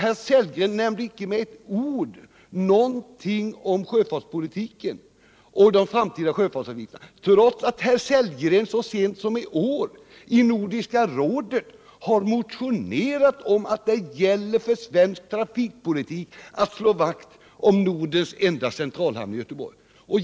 Herr Sellgren nämnde icke med ett ord sjöfartspolitiken och de framtida sjöfartsavgifterna, trots att herr Sellgren så sent som i år i Nordiska rådet har skrivit om att det gäller för svensk trafikpolitik att slå vakt om Nordens enda centralhamn i Göteborg.